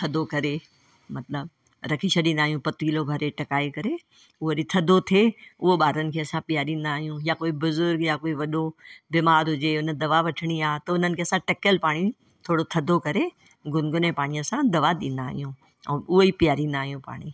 थधो करे मतिलबु रखी छॾींदा आहियूं पतिलो भरे ठहिकाए करे उअ वरी थधो थिए उहो ॿारनि खे असां पीआरिंदा आहियूं या कोई बुज़ुर्ग या कोई वॾो बीमार हुजे हुन दवा वठणी आहे त उन्हनि खे असां टहिकियलु पाणी थोरो थधो करे गुनगुने पाणीअ सां दवा ॾींदा आहियूं ऐं उहो ई पीआरींदा आहियूं पाणी